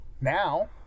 Now